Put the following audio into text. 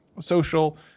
social